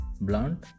blunt